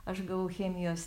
aš gavau chemijos